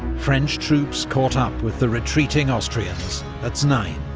french troops caught up with the retreating austrians at znaim.